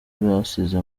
basize